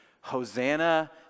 Hosanna